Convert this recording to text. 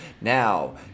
Now